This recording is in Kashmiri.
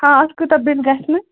ہاں اَتھ کوٗتاہ بِل گژھِ مےٚ